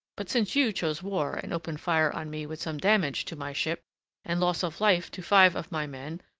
but since you chose war and opened fire on me with some damage to my ship and loss of life to five of my men,